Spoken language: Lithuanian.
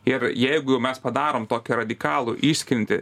ir jeigu jau mes padarom tokį radikalų išskiriantį